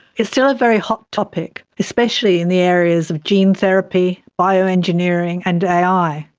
it's still a very hot topic, especially in the areas of gene therapy, bioengineering and ai.